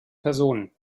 personen